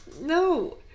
No